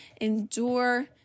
endure